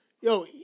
Yo